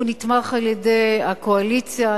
הוא נתמך על-ידי הקואליציה.